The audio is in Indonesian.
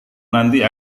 nanti